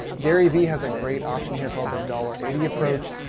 gary vee has a great option here called the dollar eighty approach.